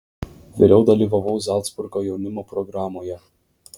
vėliau dalyvavau zalcburgo jaunimo programoje